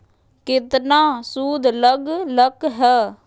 केतना सूद लग लक ह?